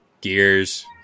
Gears